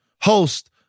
host